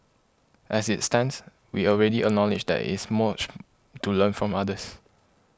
as it stands we already acknowledge that is much to learn from others